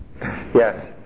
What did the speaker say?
yes